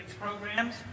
programs